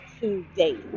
today